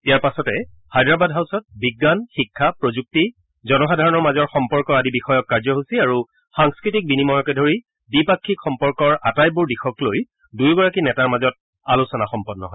ইয়াৰ পাছতে হায়দৰাবাদ হাউছত বিজ্ঞান শিক্ষা প্ৰযুক্তি জনসাধাৰণৰ মাজৰ সম্পৰ্ক আদি বিষয়ক কাৰ্যসূচী আৰু সাংস্কৃতিক বিনিময়কে ধৰি দ্বিপাক্ষিক সম্পৰ্কৰ আটাইবোৰ দিশক লৈ দুয়োগৰাকী নেতাৰ মাজত আলোচনা সম্পন্ন হয়